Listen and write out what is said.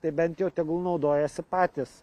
tai bent jau tegul naudojasi patys